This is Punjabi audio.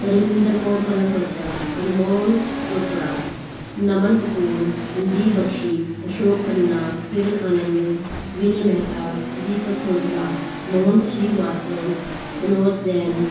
ਰਵਿੰਦਰ ਕੌਰ ਮਲਹੋਤਰਾ ਅਨਮੋਲ ਚੋਪੜਾ ਨਮਨ ਕਪੂਰ ਸੰਜੀਵ ਬਖਸ਼ੀ ਅਸ਼ੋਕ ਖੰਨਾ ਕਿਰਨ ਆਨੰਦ ਵਿਨੇ ਮਹਿਤਾ ਦੀਪਕ ਖੋਸਲਾ ਮੋਹਨ ਸ਼੍ਰੀਵਾਸਤਵ ਮਨੋਜ ਜੈਨ